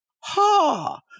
ha